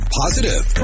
positive